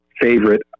favorite